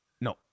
No